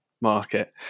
market